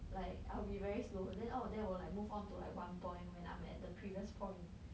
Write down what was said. I will be very slow then all of them will like move on to like one point when I'm at the previous point